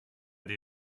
die